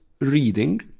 reading